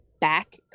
back